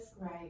Right